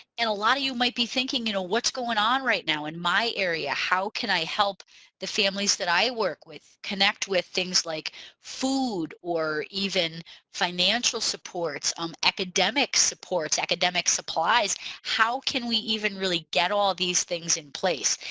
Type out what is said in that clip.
and a lot of you might be thinking you know what's going on right now in my area how can i help the families that i work with connect with things like food or even financial supports um academic supports, academic supplies how can we even really get all these things in place.